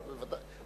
בוודאי.